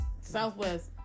Southwest